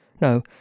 no